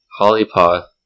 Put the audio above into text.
Hollypaw